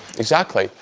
exactly,